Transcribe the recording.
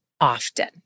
often